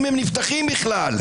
אם נפתחים בכלל.